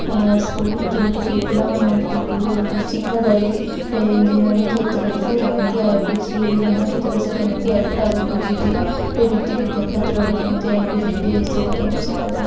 school ଯେଉଁଠିକି ପିଲାମାନଙ୍କୁ ଶିଖାଯାଏ ଇଞ୍ଜିନିୟରିଂ କ୍ଷେତ୍ରରେ ସେ କେମିତି ଆଗକୁ ଯିବେ ବିଜ୍ଞାନ କ୍ଷେତ୍ରରେ ସେ କେମିତି ଆଗ ଆଗକୁ ଯିବେ ପ୍ରଯୁକ୍ତି ବିଦ୍ୟା କ୍ଷେତ୍ରରେ କେମିତି ଆଗକୁ ଯିବେ ଏସବୁ ତାଙ୍କୁ ଶିଖାଯାଏ